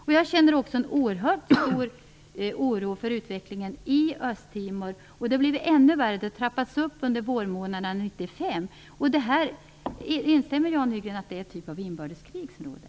Också jag känner en oerhört stor oro för utvecklingen i Östtimor. Det har nu blivit ännu värre. Det har skett en upptrappning under vårmånaderna 1995. Instämmer Jan Nygren i att det är en typ av inbördeskrig som pågår där?